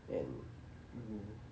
and mm